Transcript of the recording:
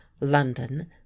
London